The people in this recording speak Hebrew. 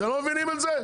אתם לא מבינים את זה?